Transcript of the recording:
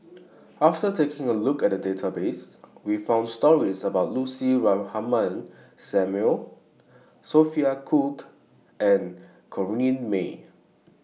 after taking A Look At The Database We found stories about Lucy Ratnammah Samuel Sophia Cooke and Corrinne May